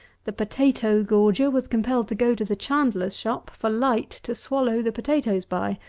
the potatoe-gorger was compelled to go to the chandler's shop for light to swallow the potatoes by,